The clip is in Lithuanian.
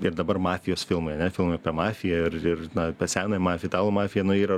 ir dabar mafijos filmai ane filmai apie mafiją ir ir na apie senąją mafiją italų mafiją yra